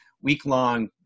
week-long